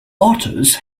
otters